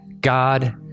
God